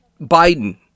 Biden